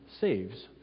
saves